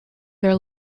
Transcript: their